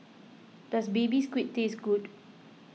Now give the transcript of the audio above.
does Baby Squid taste good